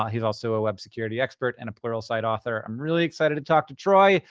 he's also a web security expert and a pluralsight author. i'm really excited to talk to troy.